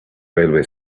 railway